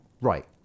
Right